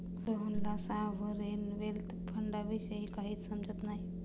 रोहनला sovereign wealth फंडाविषयी काहीच समजत नाही